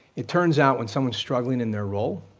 it turns out, when someone's struggling in their role,